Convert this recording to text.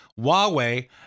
Huawei